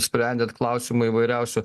sprendėt klausimų įvairiausių